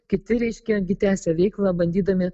kiti reiškia gi tęsia veiklą bandydami